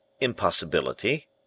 impossibility